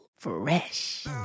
fresh